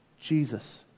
Jesus